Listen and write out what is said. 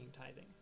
tithing